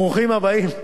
ברוכים הבאים.